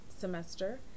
semester